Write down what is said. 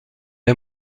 est